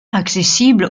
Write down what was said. accessible